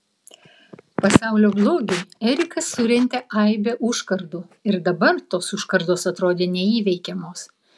pasaulio blogiui erikas surentė aibę užkardų ir dabar tos užkardos atrodė neįveikiamos